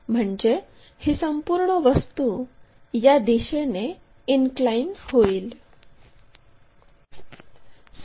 म्हणजे ही संपूर्ण वस्तू या दिशेने इनक्लाइन होईल